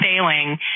failing